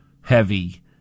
heavy